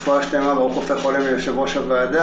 רפואה שלמה, ברוך רופא חולים ליושב-ראש הוועדה.